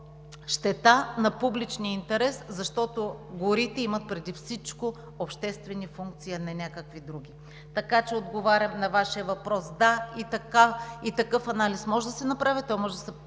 щета на публичния интерес, защото горите имат преди всичко обществени функции, а не някакви други. Така отговарям на Вашия въпрос: да, и такъв анализ може да се направи. Той може да се